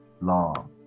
long